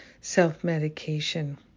self-medication